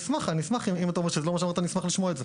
אם אתה אומר שזה לא מה שאמרת אני אשמח לשמוע את זה.